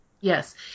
Yes